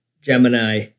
Gemini